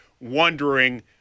wondering